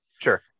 Sure